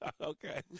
Okay